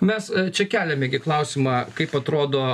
mes čia keliame gi klausimą kaip atrodo